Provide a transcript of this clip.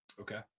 Okay